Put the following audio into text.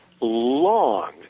long